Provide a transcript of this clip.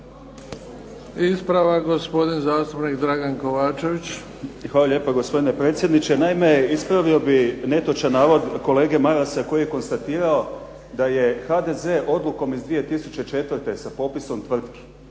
ispravak gospodin zastupnik Dragan Kovačević. **Kovačević, Dragan (HDZ)** Hvala lijepa gospodine predsjedniče. Naime, ispravio bih netočan navod kolege Marasa koji je konstatirao da je HDZ odlukom iz 2004. sa popisom tvrtki